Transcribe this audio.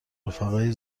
رفقای